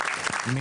אמן.